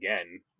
again